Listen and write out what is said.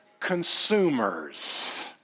consumers